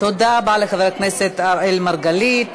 תודה רבה לחבר הכנסת אראל מרגלית.